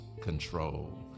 control